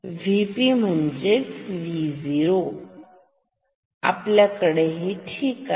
Vp म्हणजेच Vo आपल्या कडे हे ठीक आहे